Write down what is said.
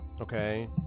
Okay